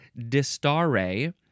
Distare